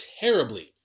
terribly